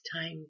time